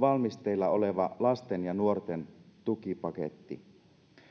valmisteilla oleva lasten ja nuorten tukipaketti